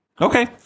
Okay